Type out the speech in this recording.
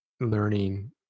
learning